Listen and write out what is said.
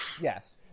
Yes